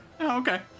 Okay